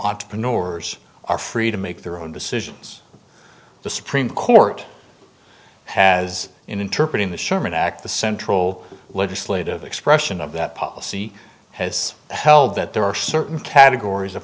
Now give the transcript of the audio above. entrepreneurs are free to make their own decisions the supreme court has interpreted the sherman act the central legislative expression of that policy has held that there are certain categories of